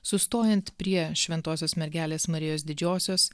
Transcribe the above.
sustojant prie šventosios mergelės marijos didžiosios